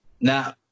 Now